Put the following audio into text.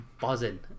buzzing